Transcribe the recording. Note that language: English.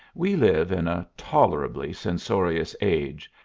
we live in a tolerably censorious age,